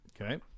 Okay